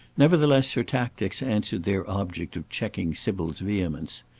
nevertheless her tactics answered their object of checking sybil's vehemence.